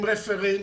עם רפרנט.